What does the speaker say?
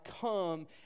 come